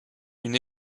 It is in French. une